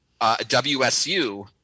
WSU